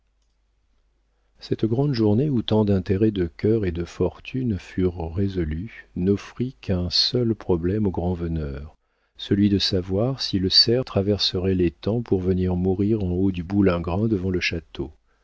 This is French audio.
cette grande journée où tant d'intérêts de cœur et de fortune furent résolus n'offrit qu'un seul problème au grand-veneur celui de savoir si le cerf traverserait l'étang pour venir mourir en haut du boulingrin devant le château